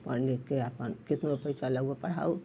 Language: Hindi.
पढ़ लिख कर अपन कितनो पैसा लगभग पढ़ाऊ